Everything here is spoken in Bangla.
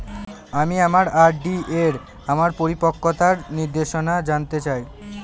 আমি আমার আর.ডি এর আমার পরিপক্কতার নির্দেশনা জানতে চাই